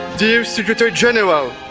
dear secretary general,